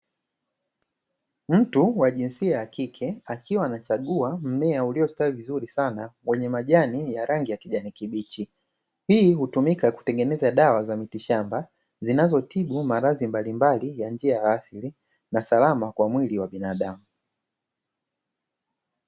Mtu wa jinsia ya kike akiwa anachagua mmea uliostawi vizuri sana wenye majani ya rangi ya kijani kibichi. Hii hutumika kutengeneza dawa za miti shamba zinazotibu maradhi mbalimbali ya njia ya asili na salama kwa mwili wa binadamu.